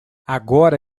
agora